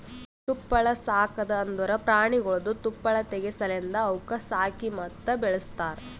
ತುಪ್ಪಳ ಸಾಕದ್ ಅಂದುರ್ ಪ್ರಾಣಿಗೊಳ್ದು ತುಪ್ಪಳ ತೆಗೆ ಸಲೆಂದ್ ಅವುಕ್ ಸಾಕಿ ಮತ್ತ ಬೆಳಸ್ತಾರ್